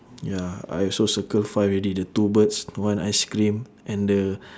ya I also circle five already the two birds one ice cream and the